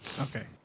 Okay